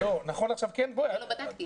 נכון לעכשיו כן --- לא, בדקתי.